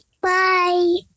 bye